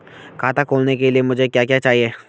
खाता खोलने के लिए मुझे क्या क्या चाहिए?